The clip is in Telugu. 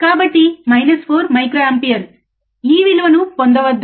కాదు మైనస్ 4 మైక్రోఅంపేర్ ఈ విలువను పొందవద్దు